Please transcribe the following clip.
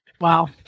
Wow